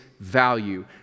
value